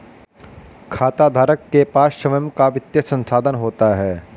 खाताधारक के पास स्वंय का वित्तीय संसाधन होता है